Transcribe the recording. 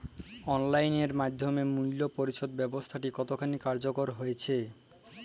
Online এর মাধ্যমে মূল্য পরিশোধ ব্যাবস্থাটি কতখানি কার্যকর হয়েচে?